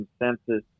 consensus